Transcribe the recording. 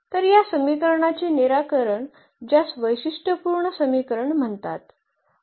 तर या समीकरणाचे निराकरण ज्यास वैशिष्ट्यपूर्ण समीकरण म्हणतात